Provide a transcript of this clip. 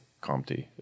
Comte